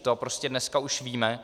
To prostě dneska už víme.